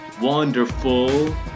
wonderful